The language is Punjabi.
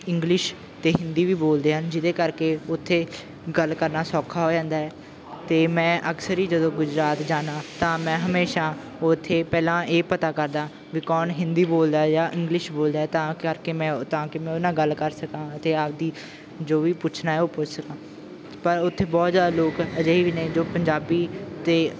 ਇੰਗਲਿਸ਼ ਅਤੇ ਹਿੰਦੀ ਵੀ ਬੋਲਦੇ ਹਨ ਜਿਹਦੇ ਕਰਕੇ ਉੱਥੇ ਗੱਲ ਕਰਨਾ ਸੌਖਾ ਹੋ ਜਾਂਦਾ ਹੈ ਅਤੇ ਮੈਂ ਅਕਸਰ ਹੀ ਜਦੋਂ ਗੁਜਰਾਤ ਜਾਂਦਾ ਤਾਂ ਮੈਂ ਹਮੇਸ਼ਾ ਉੱਥੇ ਪਹਿਲਾਂ ਇਹ ਪਤਾ ਕਰਦਾ ਵੀ ਕੌਣ ਹਿੰਦੀ ਬੋਲਦਾ ਜਾਂ ਇੰਗਲਿਸ਼ ਬੋਲਦਾ ਤਾਂ ਕਰਕੇ ਮੈਂ ਤਾਂ ਕਿ ਮੈਂ ਉਹਦੇ ਨਾਲ ਗੱਲ ਕਰ ਸਕਾਂ ਅਤੇ ਆਪਣੀ ਜੋ ਵੀ ਪੁੱਛਣਾ ਹੈ ਉਹ ਪੁੱਛ ਸਕਾਂ ਪਰ ਉੱਥੇ ਬਹੁਤ ਜ਼ਿਆਦਾ ਲੋਕ ਅਜਿਹੇ ਵੀ ਨੇ ਜੋ ਪੰਜਾਬੀ ਅਤੇ